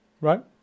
Right